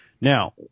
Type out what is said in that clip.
now